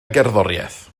gerddoriaeth